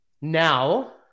Now